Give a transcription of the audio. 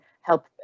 help